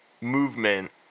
movement